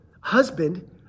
Husband